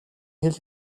хил